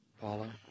Paula